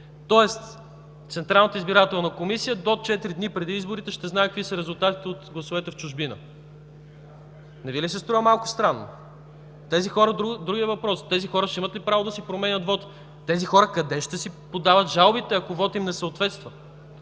Тоест Централната избирателна комисия до 4 дни преди изборите ще знае какви са резултатите от гласовете в чужбина. Не Ви ли се струва малко странно?! Другият въпрос. Тези хора ще имат ли право да си променят вота? Тези хора къде ще си подават жалбите, ако вотът им не съответства?